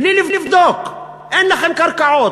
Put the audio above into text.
בלי לבדוק: אין לכם קרקעות,